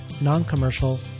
non-commercial